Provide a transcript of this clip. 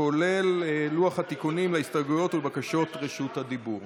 כולל לוח תיקונים להסתייגויות ולבקשות רשות הדיבור.